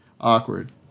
awkward